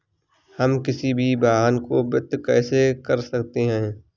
हम किसी भी वाहन को वित्त कैसे कर सकते हैं?